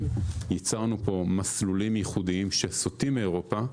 ייצרנו פה מסלולים ייחודיים שסוטים מאירופה,